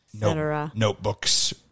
notebooks